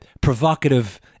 provocative